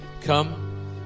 come